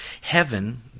Heaven